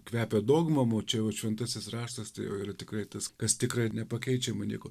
kvepia dogma mačiau šventasis raštas tai jau yra tikrai tas kas tikra ir nepakeičiama liko